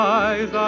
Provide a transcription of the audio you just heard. eyes